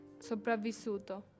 sopravvissuto